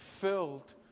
filled